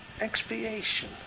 expiation